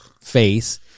face